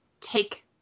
take